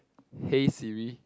hey Siri